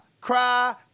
cry